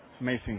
amazing